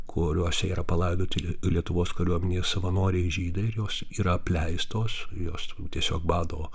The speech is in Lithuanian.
kuriuose yra palaidoti lietuvos kariuomenės savanoriai žydai ir jos yra apleistos jos tiesiog bado